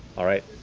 all right,